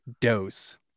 dose